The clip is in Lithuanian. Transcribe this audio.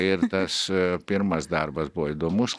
ir tas pirmas darbas buvo įdomus